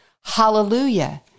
Hallelujah